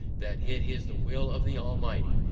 that it is the will of the almighty,